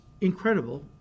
incredible